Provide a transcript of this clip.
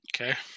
Okay